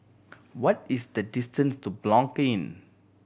what is the distance to Blanc Inn